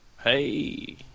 Hey